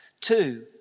Two